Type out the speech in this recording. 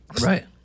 right